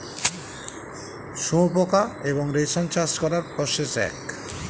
শুয়োপোকা এবং রেশম চাষ করার প্রসেস এক